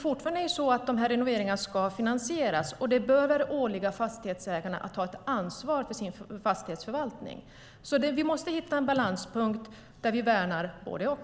Fortfarande är det ju så att renoveringarna ska finansieras, och det bör åligga fastighetsägarna att ta ansvar för sin fastighetsförvaltning. Vi måste alltså hitta en balanspunkt där vi värnar både och.